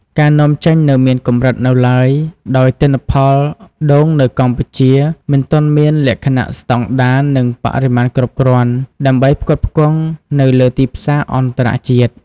ការនាំចេញនៅមានកម្រិតនៅឡើយ ដោយទិន្នផលដូងនៅកម្ពុជាមិនទាន់មានលក្ខណៈស្តង់ដារ និងបរិមាណគ្រប់គ្រាន់ ដើម្បីផ្គត់ផ្គង់នៅលើទីផ្សារអន្តរជាតិ។